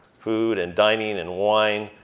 food and dining and wine.